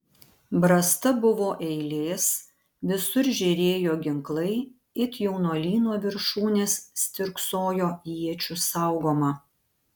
brasta buvo eilės visur žėrėjo ginklai it jaunuolyno viršūnės stirksojo iečių saugoma